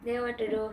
then what to do